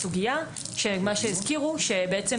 שבעצם סגירה של בית ספר או שלילת רישיון באופן